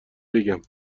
بگم